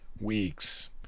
weeks